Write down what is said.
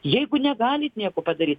jeigu negalit nieko padaryt